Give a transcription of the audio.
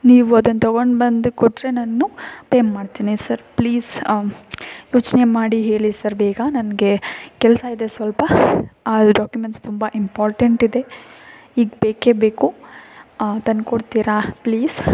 ನೀವು ಅದನ್ನು ತಗೊಂಡು ಬಂದು ಕೊಟ್ಟರೆ ನಾನು ಪೇ ಮಾಡ್ತೀನಿ ಸರ್ ಪ್ಲೀಸ್ ಯೋಚನೆ ಮಾಡಿ ಹೇಳಿ ಸರ್ ಬೇಗ ನನಗೆ ಕೆಲಸ ಇದೆ ಸ್ವಲ್ಪ ಆ ಡಾಕ್ಯುಮೆಂಟ್ಸ್ ತುಂಬ ಇಂಪಾರ್ಟೆಂಟ್ ಇದೆ ಈಗ ಬೇಕೇ ಬೇಕು ತಂದು ಕೊಡ್ತೀರಾ ಪ್ಲೀಸ್